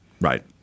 right